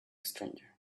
stranger